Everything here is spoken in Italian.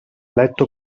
letto